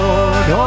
Lord